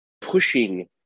pushing